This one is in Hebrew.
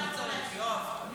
אפשר לעבור להצבעה.